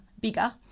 bigger